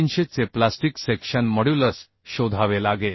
300 चे plastic section modulus शोधावे लागेल